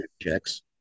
checks